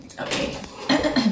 Okay